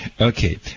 Okay